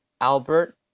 Albert